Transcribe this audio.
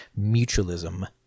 mutualism